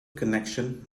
connection